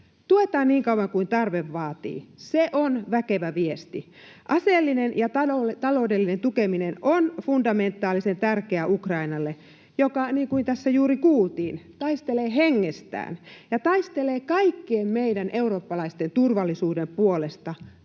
Tuetaan niin kauan kuin tarve vaatii. Se on väkevä viesti. Aseellinen ja taloudellinen tukeminen on fundamentaalisen tärkeää Ukrainalle, joka, niin kuin tässä juuri kuultiin, taistelee hengestään ja taistelee kaikkien meidän eurooppalaisten turvallisuuden puolesta